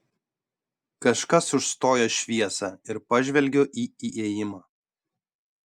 kažkas užstoja šviesą ir pažvelgiu į įėjimą